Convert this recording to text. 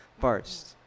first